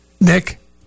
Nick